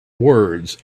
words